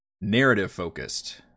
narrative-focused